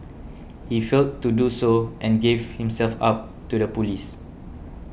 he failed to do so and gave himself up to the police